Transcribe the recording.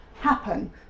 happen